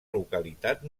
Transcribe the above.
localitat